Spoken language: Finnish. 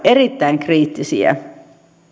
erittäin kriittisiä